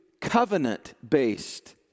covenant-based